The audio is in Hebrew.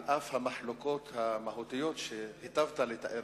על אף המחלוקות המהותיות שהיטבת לתאר,